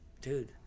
dude